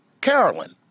Carolyn